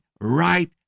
right